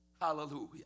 Hallelujah